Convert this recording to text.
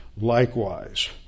Likewise